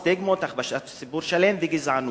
סטיגמות, הכפשת ציבור שלם וגזענות.